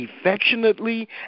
affectionately